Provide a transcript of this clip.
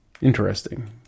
interesting